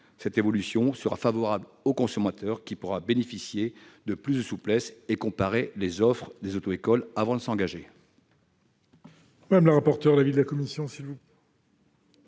cette évolution sera favorable au consommateur, qui bénéficiera de plus de souplesse pour comparer les offres des auto-écoles avant de s'engager.